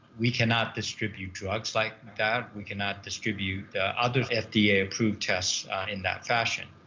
we cannot distribute drugs like that. we cannot distribute other fda-approved tests in that fashion.